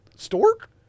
stork